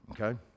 Okay